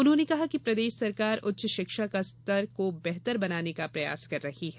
उन्होंने कहा कि प्रदेश सरकार उच्च शिक्षा का स्तर को बेहतर बनाने का प्रयास कर रही है